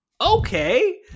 okay